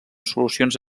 solucions